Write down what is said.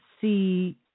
see